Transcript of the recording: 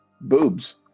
boobs